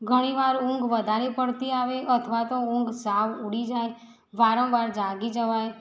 ઘણી વાર ઊંઘ વધારે પડતી આવે અથવા તો ઊંઘ સાવ ઉડી જાય વારંવાર જાગી જવાય